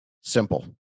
Simple